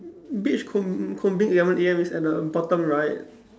beach comb~ combing eleven A_M is at the bottom right